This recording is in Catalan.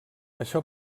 això